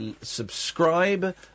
Subscribe